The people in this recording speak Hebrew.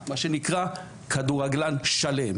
מה שנקרא כדורגלן שלם,